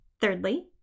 Thirdly